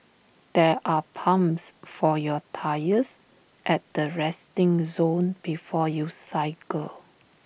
there are pumps for your tyres at the resting zone before you cycle